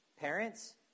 Parents